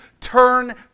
turn